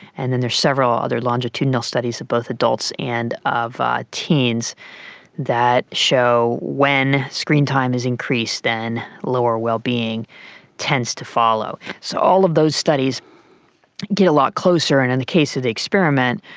and then there are several other longitudinal studies of both adults and of ah teens that show when screen time is increased, then lower well-being tends to follow. so all of those studies get a lot closer, and in and the case of the experiment,